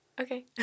okay